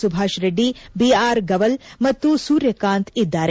Subhash Reddy BR Gaval ಮತ್ತು ಸೂರ್ಯಕಾಂತ್ ಇದ್ದಾರೆ